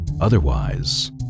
Otherwise